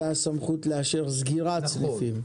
אתה הסמכות לאשר סגירת סניפים,